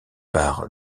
par